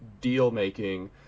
deal-making